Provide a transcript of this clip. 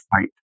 fight